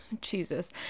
Jesus